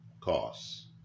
costs